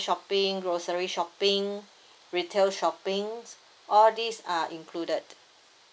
shopping grocery shopping retail shoppings all these are included